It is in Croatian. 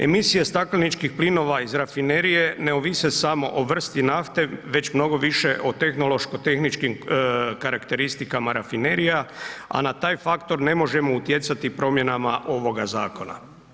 Emisija stakleničkih plinova iz rafinerije ne ovise samo o vrsti nafte, već mnogo više od tehnološko-tehničkih karakteristika rafinerija, a na taj faktor ne možemo utjecati promjenama ovoga zakona.